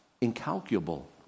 Incalculable